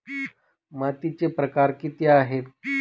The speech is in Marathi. मातीचे प्रकार किती आहेत?